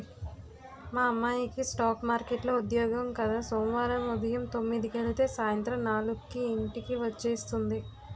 మా అమ్మాయికి స్ఠాక్ మార్కెట్లో ఉద్యోగం కద సోమవారం ఉదయం తొమ్మిదికెలితే సాయంత్రం నాలుక్కి ఇంటికి వచ్చేస్తుంది